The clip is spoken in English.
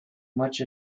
much